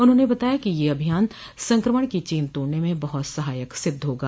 उन्होंने बताया कि यह अभियान संक्रमण की चेन तोड़ने में बहुत सहायक सिद्ध होगा